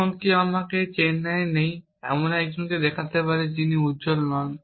এখন কেউ আমাকে চেন্নাইয়ে নেই এমন একজনকে দেখাতে পারে যিনি উজ্জ্বল নন